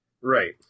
Right